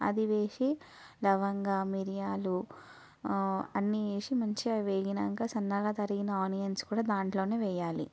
అది వేసి లవంగం మిరియాలు అన్నీ వేసి మంచిగా వేగినాక సన్నగా తరిగిన ఆనియన్స్ కూడా దాంట్లోనే వేయాలి